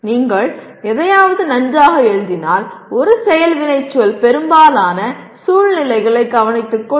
நீங்கள் எதையாவது நன்றாக எழுதினால் ஒரு செயல் வினைச்சொல் பெரும்பாலான சூழ்நிலைகளை கவனித்துக்கொள்ளும்